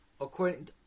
According